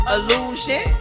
Illusion